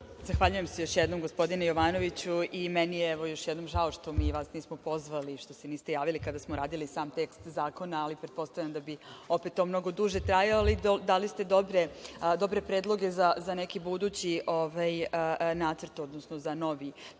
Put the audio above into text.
Zahvaljujem se još jednom, gospodine Jovanoviću. Meni je, evo još jednom, žao što mi vas nismo pozvali, što se niste javili kada smo radili sam tekst zakona, ali pretpostavljam da bi opet to mnogo duže trajalo, ali dali ste dobre predloge za neki budući nacrt, odnosno za novi